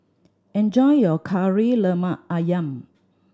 enjoy your Kari Lemak Ayam